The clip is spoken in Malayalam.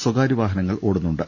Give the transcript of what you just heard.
സ്വകാര്യവാഹനങ്ങൾ ഓടുന്നുണ്ട്